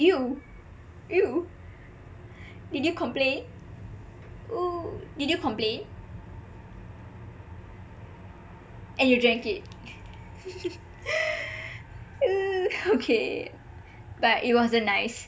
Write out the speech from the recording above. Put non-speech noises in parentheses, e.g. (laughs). !eww! !eww! did you complain oo did you complain and you drank it (laughs) (noise) okay but it wasn't nice